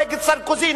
נגד סרקוזי,